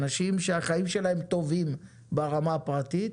אנשים שהחיים שלהם טובים ברמה הפרטית,